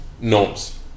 norms